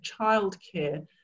childcare